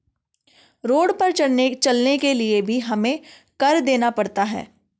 road पर चलने के लिए भी हमें कर देना पड़ता है